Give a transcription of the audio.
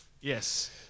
Yes